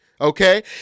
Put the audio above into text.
Okay